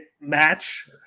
match